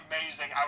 amazing